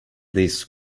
this